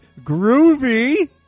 Groovy